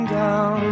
down